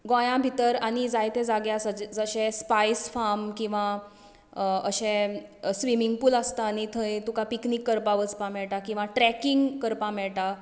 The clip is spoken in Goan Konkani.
गोंया भितर आनी जायते जागे जशे स्पायस फार्म अशे स्विमींग पूल आसता आनी थंय तुका पिकनीक करपाक वचपाक मेळटा किंवां ट्रेकिंग करपाक मेळटा